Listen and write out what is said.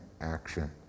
action